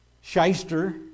Shyster